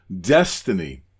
destiny